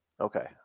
okay